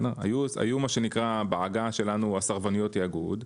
היו מה שנקרא בעגה שלנו "סרבניות תיאגוד",